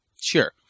sure